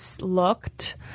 looked